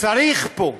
צריך פה,